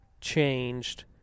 changed